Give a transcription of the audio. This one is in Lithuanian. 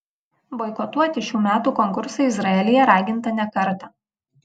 boikotuoti šių metų konkursą izraelyje raginta ne kartą